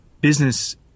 business